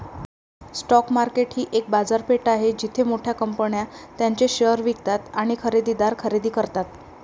stock market ही एक बाजारपेठ आहे जिथे मोठ्या कंपन्या त्यांचे शेअर्स विकतात आणि खरेदीदार खरेदी करतात